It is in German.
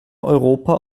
europa